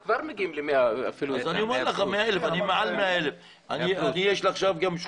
אני אומר לך שאני עם מעל 100,000 תושבים יש לי עכשיו